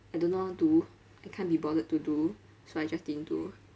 I don't know how to do I can't be bothered to do so I just didn't do